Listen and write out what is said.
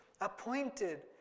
appointed